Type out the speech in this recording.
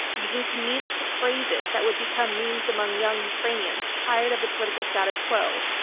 using comedic phrases that would become memes among young ukrainians, tired of the political status quo.